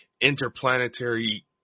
interplanetary